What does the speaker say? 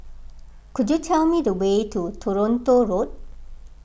could you tell me the way to Toronto Road